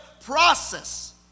process